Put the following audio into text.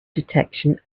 detection